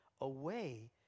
away